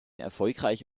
erfolgreich